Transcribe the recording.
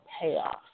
payoff